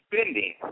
spending